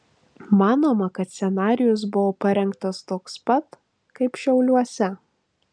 manoma kad scenarijus buvo parengtas toks pat kaip šiauliuose